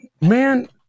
man